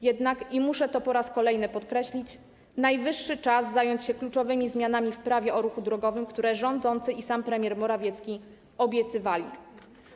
Jednak, i muszę to po raz kolejny podkreślić, najwyższy czas zająć się kluczowymi zmianami w Prawie o ruchu drogowym, które rządzący i sam premier Morawiecki obiecywali.